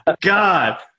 God